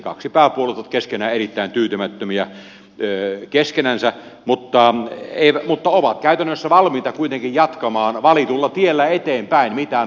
kaksi pääpuoluetta ovat erittäin tyytymättömiä keskenänsä mutta ovat käytännössä valmiita kuitenkin jatkamaan valitulla tiellä eteenpäin mitään muuttamatta